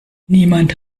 niemand